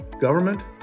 government